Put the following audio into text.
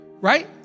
right